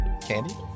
candy